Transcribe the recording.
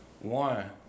one